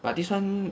but this one